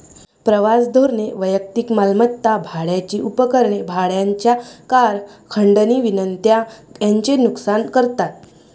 प्रवास धोरणे वैयक्तिक मालमत्ता, भाड्याची उपकरणे, भाड्याच्या कार, खंडणी विनंत्या यांचे नुकसान करतात